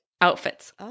outfits